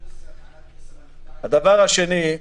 הדבר השני,